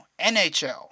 NHL